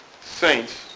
Saints